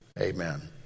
Amen